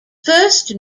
first